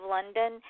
London